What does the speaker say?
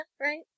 right